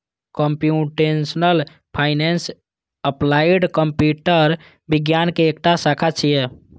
computational finance applied computer विज्ञान के एकटा शाखा छियै